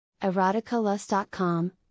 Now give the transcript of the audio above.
Eroticalust.com